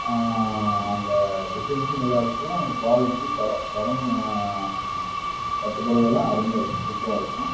அந்த டிசைன்சும் நல்லா இருக்கும் அந்த குவாலிட்டி தரம் தரமும் பட்டுப் புடவையெல்லாம் அருமையாக இருக்கும் சூப்பராக இருக்கும்